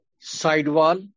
sidewall